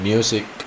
Music